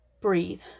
breathe